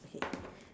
K